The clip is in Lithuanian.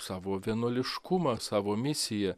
savo vienuoliškumą savo misiją